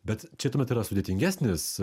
bet čia tuomet yra sudėtingesnis